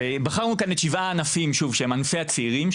בחרנו שבעה ענפים שהם ענפי הצעירים,